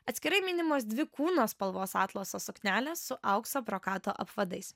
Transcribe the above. atskirai minimos dvi kūno spalvos atlaso suknelės su aukso brokato apvadais